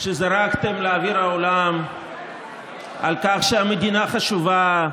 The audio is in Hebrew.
שזרקתם לאוויר העולם על כך שהמדינה חשובה,